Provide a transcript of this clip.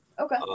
okay